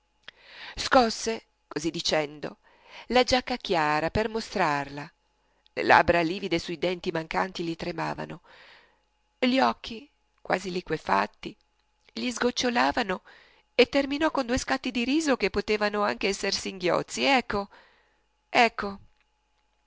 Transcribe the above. scosse così dicendo la giacca chiara per mostrarla le labbra livide sui denti mancanti gli tremavano gli occhi quasi liquefatti gli sgocciolavano e terminò con due scatti di riso che potevano anche esser singhiozzi ecco ecco